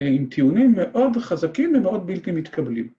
‫עם טיעונים מאוד חזקים ‫ומאוד בלתי מתקבלים.